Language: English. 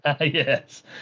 Yes